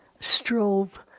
strove